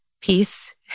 peace